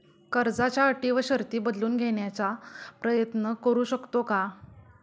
कर्जाच्या अटी व शर्ती बदलून घेण्याचा प्रयत्न करू शकतो का?